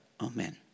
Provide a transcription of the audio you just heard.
Amen